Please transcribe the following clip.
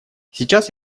сейчас